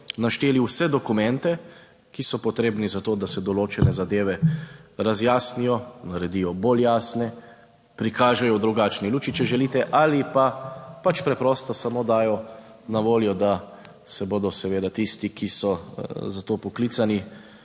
našteli vse dokumente, ki so potrebni za to, da se določene zadeve razjasnijo, naredijo bolj jasne, prikažejo v drugačni luči, če želite, ali pa pač preprosto samo dajo na voljo, da se bodo seveda tisti, ki so za to poklicani,